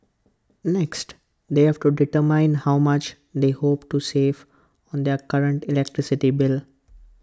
next they have to determine how much they hope to save on their current electricity bill